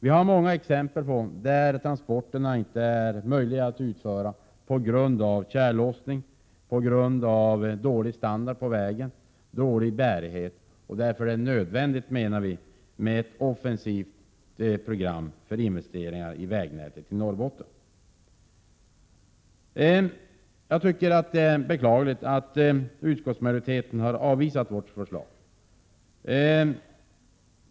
På många platser kan transporter inte genomföras på grund av tjällossning, på grund av dålig standard på vägen och dålig bärighet. Därför är det nödvändigt, menar vi, med ett offensivt program för investeringar i vägnätet i Norrbotten. Jag tycker att det är beklagligt att utskottsmajoriteten har avvisat vårt förslag.